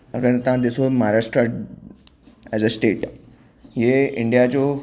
अगरि तव्हां ॾिसो महाराष्ट्र एज़ अ स्टेट इहे इंडिया जो